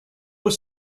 were